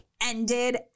ended